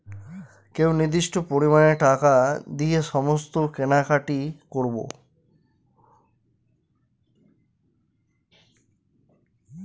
একটি নির্দিষ্ট পরিমানে টাকা দিয়ে সমস্ত কেনাকাটি করবো